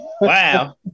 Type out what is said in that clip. Wow